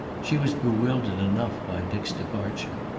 she was bewildered enough by dick's departure.